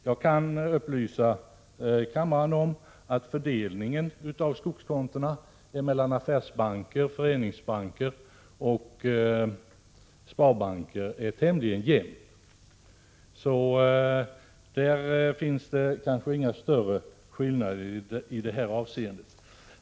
Jag kan upplysa kammarens ledamöter om att fördelningen av skogskontona mellan affärsbanker, föreningsbanker och sparbanker är tämligen jämn. Det finns således inga större skillnader i detta avseende.